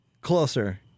Closer